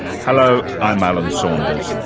hello, i'm alan saunders.